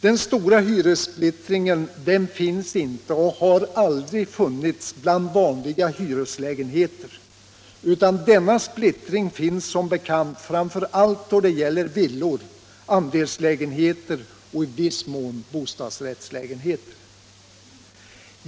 Den stora hyressplittringen finns inte och har aldrig funnits bland vanliga hyreslägenheter, utan denna splittring finns som bekant framför allt då det gäller villor, andelslägenheter och i viss mån bostadsrättslägenheter.